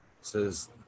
says